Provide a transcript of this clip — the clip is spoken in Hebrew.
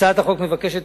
הצעת החוק נועדה,